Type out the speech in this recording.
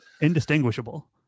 Indistinguishable